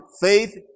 faith